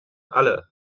alle